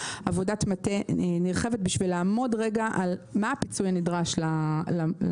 - שהיא עבודת מטה נרחבת כדי לעמוד על מה הפיצוי הנדרש למעסיק.